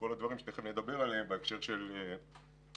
הדברים שנדבר עליהם בהקשר של דיוני